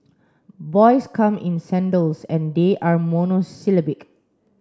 boys come in sandals and they are monosyllabic